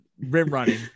rim-running